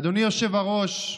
אדוני היושב-ראש,